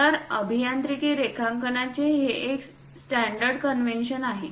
तर अभियांत्रिकी रेखांकनाचे हे एक स्टॅंडर्ड कन्व्हेन्शन आहे